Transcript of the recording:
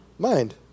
mind